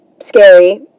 scary